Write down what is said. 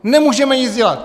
Nemůžeme nic dělat.